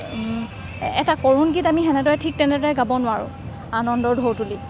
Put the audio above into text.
এটা কৰুণ গীত আমি সেনেদৰে ঠিক তেনেদৰে গাব নোৱাৰোঁ আনন্দৰ ঢৌ তুলি